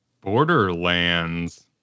Borderlands